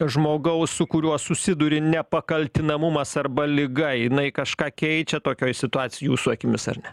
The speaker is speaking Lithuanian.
žmogaus su kuriuo susiduri nepakaltinamumas arba liga jinai kažką keičia tokioj situacijoj jūsų akimis ar ne